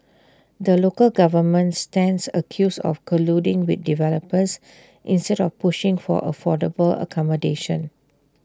the local government stands accused of colluding with developers instead of pushing for affordable accommodation